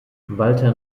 walter